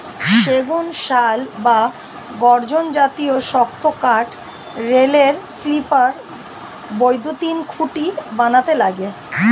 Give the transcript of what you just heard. সেগুন, শাল বা গর্জন জাতীয় শক্ত কাঠ রেলের স্লিপার, বৈদ্যুতিন খুঁটি বানাতে লাগে